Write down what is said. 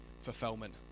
fulfillment